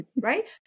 right